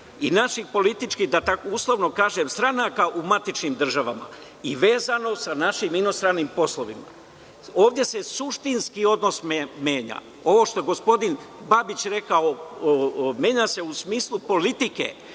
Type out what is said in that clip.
i naših političkih, da tako uslovno kažem, stranaka u matičnim državama i vezano sa našim inostranim poslovima. Ovde se suštinski odnos menja. Ovo što je gospodin Babić rekao, menja se u smislu politike